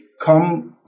come